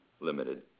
limited